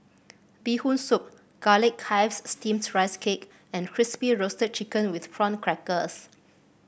Bee Hoon Soup Garlic Chives Steamed Rice Cake and Crispy Roasted Chicken with Prawn Crackers